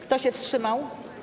Kto się wstrzymał?